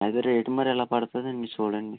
అదే రేటు మరి ఇలా పడుతుందండి చూడండి